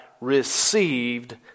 received